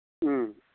ꯎꯝ